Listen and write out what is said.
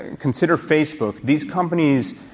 and consider facebook. these companies,